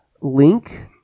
link